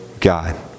God